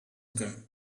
gone